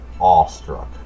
awestruck